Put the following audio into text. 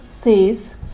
says